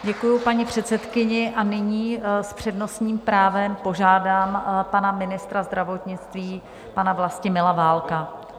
Děkuji paní předsedkyni a nyní s přednostním právem požádám pana ministra zdravotnictví, pana Vlastimila Válka.